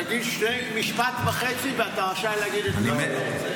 תגיד משפט וחצי, ואתה רשאי להגיד את מה שאתה רוצה.